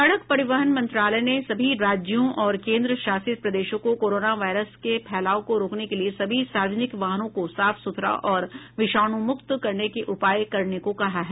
सड़क परिवहन मंत्रालय ने सभी राज्यों और केंद्र शासित प्रदेशों को कोरोना वायरस के फैलाव को रोकने के लिए सभी सार्वजनिक वाहनों को साफ सुथरा और विषाणु मुक्त करने के उपाय करने को कहा है